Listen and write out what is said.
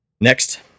Next